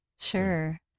Sure